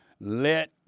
Let